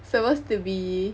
supposed to be